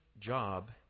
job